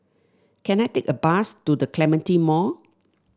can I take a bus to The Clementi Mall